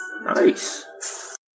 Nice